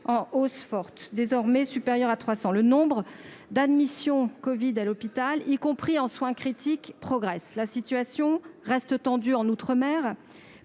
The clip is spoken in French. en hausse forte, désormais supérieur à 300. Le nombre d'admissions pour covid à l'hôpital, y compris en soins critiques, progresse ; la situation reste tendue en outre-mer